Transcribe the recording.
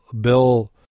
Bill